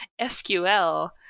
SQL